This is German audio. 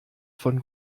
von